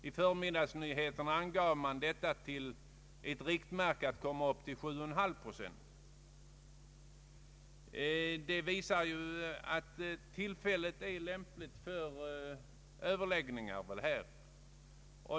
I förmiddagsnyheterna angav man som ett riktmärke att komma upp till 7,5 procent. Det visar ju att tillfället är lämpligt för överläggningar.